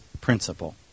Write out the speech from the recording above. principle